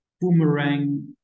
boomerang